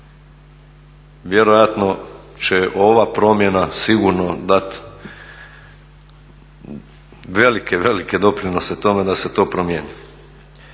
vjerojatno će ova promjena sigurno dati velike, velike doprinose tome da se to promijeni.